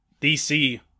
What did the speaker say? DC